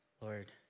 Lord